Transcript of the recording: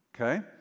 Okay